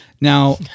Now